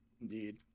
Indeed